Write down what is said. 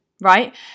right